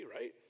right